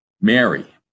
Mary